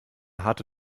harte